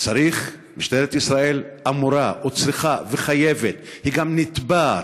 משטרת ישראל אמורה או צריכה וחייבת, היא גם נתבעת,